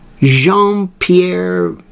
Jean-Pierre